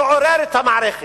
יעורר את המערכת,